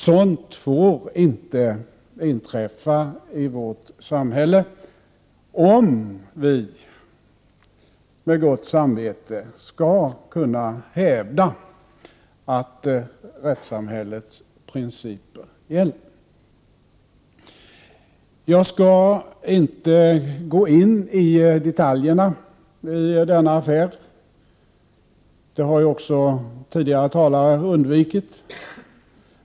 Sådant får inte inträffa i vårt samhälle, om vi med gott samvete skall kunna hävda att rättssamhällets principer gäller. Jag skall inte gå in i detaljerna i denna affär; det har ju också tidigare talare undvikit.